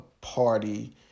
party